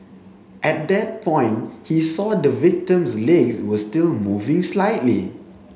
at that point he saw the victim's legs were still moving slightly